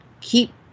keep